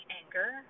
anger